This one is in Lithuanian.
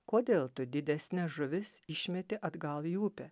kodėl didesnes žuvis išmetė atgal į upę